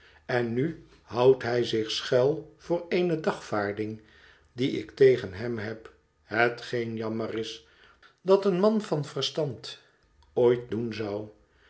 en nu houdt hij zich schuil voor eene dagvaarding die ik tégen hem heb hetgeen jammer is dat een man van verstand ooit doen zou